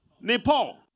Nepal